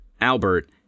Albert